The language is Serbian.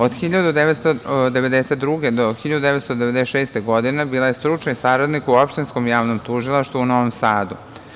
Od 1992-1996. godine bila je stručni saradnik u Opštinskom javnom tužilaštvu u Novom Sadu.